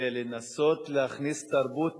ולנסות להכניס תרבות